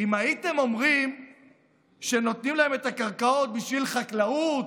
אם הייתם אומרים שנותנים להם את הקרקעות בשביל חקלאות,